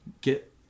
get